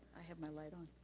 i have my light on. oh,